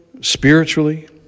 spiritually